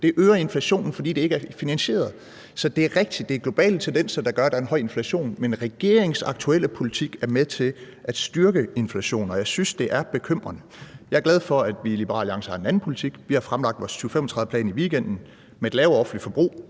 Det øger inflationen, fordi det ikke er finansieret. Det er rigtigt, at det er globale tendenser, der gør, at der er en høj inflation, men regeringens aktuelle politik er med til at styrke inflationen, og jeg synes, det er bekymrende. Jeg er glad for, at vi i Liberal Alliance har en anden politik. Vi har i weekenden fremlagt vores 2035-plan med et lavere offentligt forbrug,